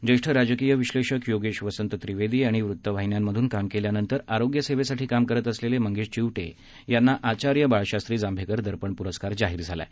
ज्येष्ठ राजकीय विश्लेषक योगेश वसंत त्रिवेदी आणि वृत्तवाहिन्यांमधून काम केल्या नंतर आरोग्य सेवेसाठी काम करत असलेले मंगेश चिवटे यांना आचार्य बाळशास्त्री जांभेकर दर्पण पुरस्कार जाहीर झाला आहे